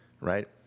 right